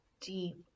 deep